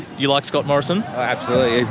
you like scott morrison? absolutely.